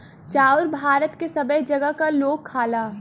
चाउर भारत के सबै जगह क लोग खाला